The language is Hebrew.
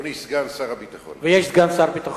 אדוני סגן שר הביטחון, ויש סגן שר ביטחון.